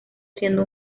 siendo